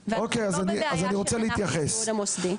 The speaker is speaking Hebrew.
אז אנחנו בבעיה רוחבית ולא בבעיה של ענף הסיעוד המוסדי.